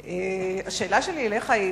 אליך, השאלה שלי אליך היא